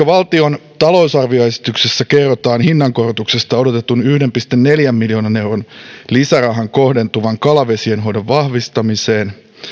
valtion talousarvioesityksessä kerrotaan hinnankorotuksesta odotetun yhden pilkku neljän miljoonan euron lisärahan kohdentuvan kalavesien hoidon vahvistamiseen